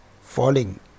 falling